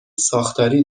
ساختاری